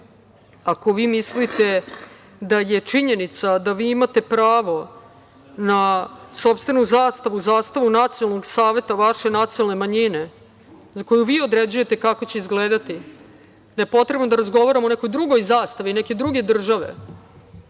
Ako vi mislite da je činjenica da vi imate pravo na sopstvenu zastavu, zastavu nacionalnog saveta vaše nacionalne manjine za koju vi određujete kako će izgledati, da je potrebno da razgovaramo o nekoj drugoj zastavi, neke druge države.